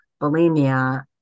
bulimia